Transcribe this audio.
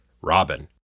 Robin